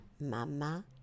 Mama